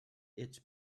its